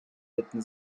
bitten